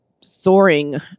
soaring